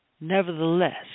Nevertheless